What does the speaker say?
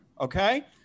Okay